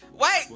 Wait